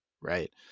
Right